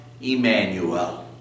Emmanuel